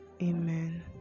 Amen